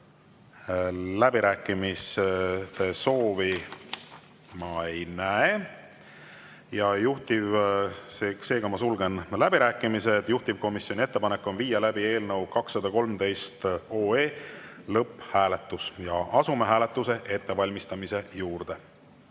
Läbirääkimiste soovi ma ei näe, seega sulgen läbirääkimised. Juhtivkomisjoni ettepanek on viia läbi eelnõu 213 lõpphääletus. Asume hääletuse ettevalmistamise juurde.